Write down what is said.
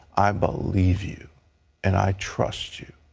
i believe you and i trust you.